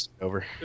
over